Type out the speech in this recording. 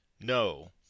no